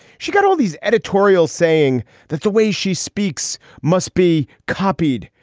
she got all these editorials saying that the way she speaks must be copied.